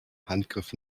handgriff